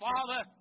Father